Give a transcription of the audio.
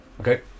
Okay